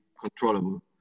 controllable